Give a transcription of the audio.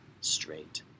straight